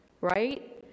right